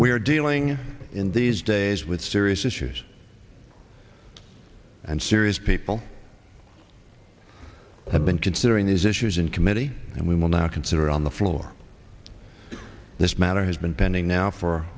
are dealing in these days with serious issues and serious people have been considering these issues in committee and we will now consider on the floor this matter has been pending now for